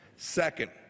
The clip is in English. Second